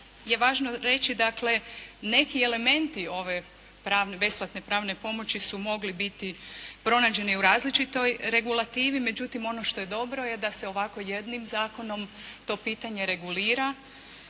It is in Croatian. je važno reći dakle, neki elementi ove pravne, besplatne pravne pomoći su mogli biti pronađeni u različitoj regulativi, međutim, ono što je dobro je da se ovako jednim zakonom to pitanje regulira